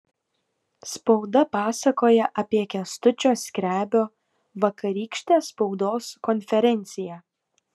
spauda pasakoja apie kęstučio skrebio vakarykštę spaudos konferenciją